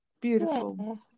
Beautiful